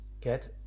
Get